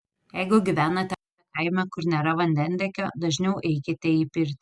jeigu gyvenate kaime kur nėra vandentiekio dažniau eikite į pirtį